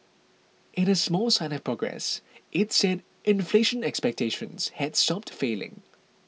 in a small sign of progress it said inflation expectations had stopped falling